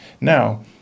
Now